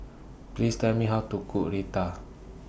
Please Tell Me How to Cook Raita